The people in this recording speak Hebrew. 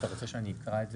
היועץ המשפטי יקרא את הנוסח.